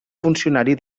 funcionari